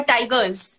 Tigers